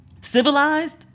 civilized